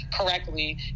correctly